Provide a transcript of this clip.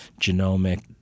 genomic